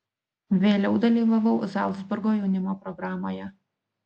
vėliau dalyvavau zalcburgo jaunimo programoje